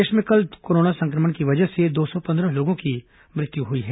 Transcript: प्रदेश में कल कोरोना संक्रमण की वजह से दो सौ पंद्रह लोगों की मृत्यु हुई है